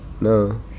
No